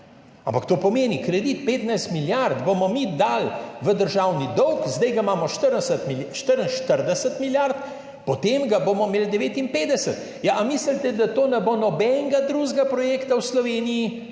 Ampak to pomeni, kredit 15 milijard bomo mi dali v državni dolg, zdaj ga imamo 44 milijard, potem ga bomo imeli 59. Mislite, da to ne bo nobenega drugega projekta v Sloveniji